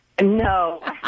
No